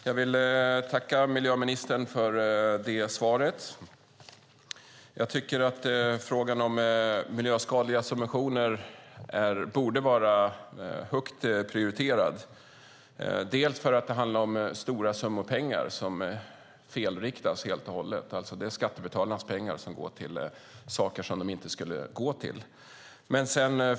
Fru talman! Jag vill tacka miljöministern för svaret. Jag tycker att frågan om miljöskadliga subventioner borde vara högt prioriterad, delvis för att det handlar om stora summor pengar som felriktas. Skattebetalarnas pengar går till saker som de inte skulle gå till.